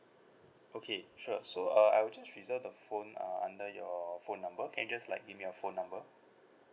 okay sure so uh I will just reserve the phone uh under your phone number can you just like give me your phone number